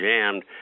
jammed